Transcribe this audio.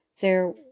There